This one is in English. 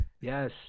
Yes